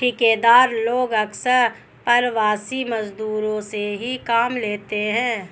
ठेकेदार लोग अक्सर प्रवासी मजदूरों से ही काम लेते हैं